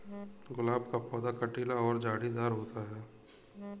गुलाब का पौधा कटीला और झाड़ीदार होता है